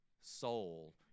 soul